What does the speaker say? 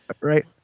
Right